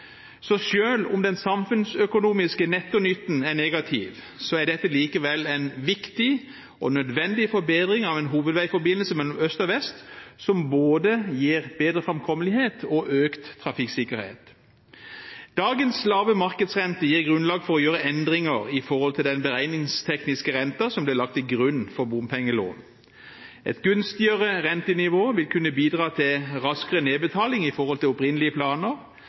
viktig og nødvendig forbedring av en hovedveiforbindelse mellom øst og vest som gir både bedre framkommelighet og økt trafikksikkerhet. Dagens lave markedsrente gir grunnlag for å gjøre endringer i forhold til den beregningstekniske renten som ble lagt til grunn for bompengelån. Et gunstigere rentenivå vil kunne bidra til raskere nedbetaling i forhold til opprinnelige planer,